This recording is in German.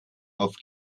auf